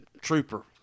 Trooper